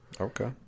Okay